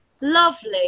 lovely